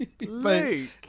Luke